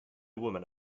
woman